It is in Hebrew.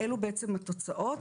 אלו בעצם התוצאות.